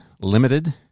limited